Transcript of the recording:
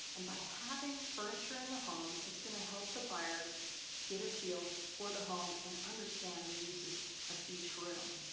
and by having furniture in the home it's going to help the buyers get a feel for the home and understand the uses of each room.